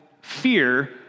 fear